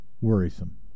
worrisome